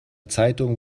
zeitungen